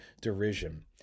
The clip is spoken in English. derision